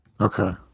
okay